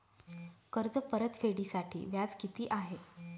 कर्ज परतफेडीसाठी व्याज किती आहे?